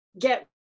get